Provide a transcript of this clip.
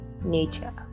nature